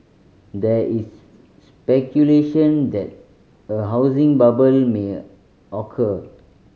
there is speculation that a housing bubble may occur